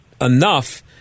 enough